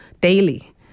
daily